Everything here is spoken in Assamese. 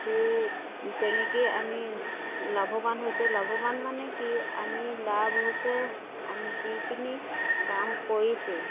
তেনেকৈয়ে আমি লাভৱান হৈছোঁ লাভৱান মানে কি আমি লাভ হৈছে আমি যিখিনি কাম কৰিছোঁ